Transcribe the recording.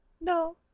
No